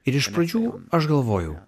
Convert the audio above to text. ir iš pradžių aš galvojau